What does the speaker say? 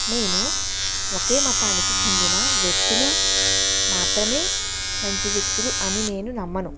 నేను ఒకే మతానికి చెందిన వ్యక్తులు మాత్రమే మంచి వ్యక్తులు అని నేను నమ్మను